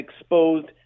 exposed